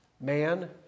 man